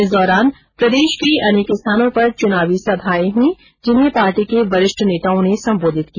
इस दौरान प्रदेश के अनेक स्थानों पर चुनावी सभाएं हुई जिन्हें पार्टी के वरिष्ठ नेताओं ने संबोधित किया